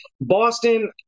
Boston